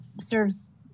serves